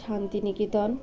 Santiniketan